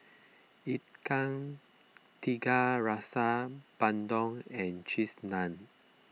Ikan Tiga Rasa Bandung and Cheese Naan